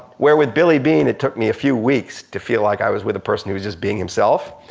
where with billy beane it took me a few weeks to feel like i was with a person who was just being himself.